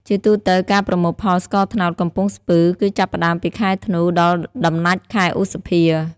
ជាទូទៅការប្រមូលផលស្ករត្នោតកំពង់ស្ពឺ គឺចាប់ផ្ដើមពីខែធ្នូ ដល់ដំណាច់ខែឧសភា